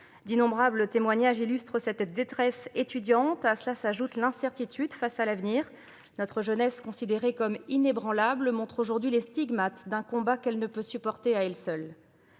D'innombrables témoignages illustrent cette détresse étudiante. À cela s'ajoute l'incertitude face à l'avenir. Notre jeunesse, considérée comme inébranlable, montre aujourd'hui les stigmates d'un combat qu'elle ne peut pas supporter à elle seule.